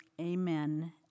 amen